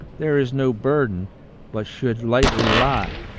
there is no burden but should lightly lie,